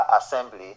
assembly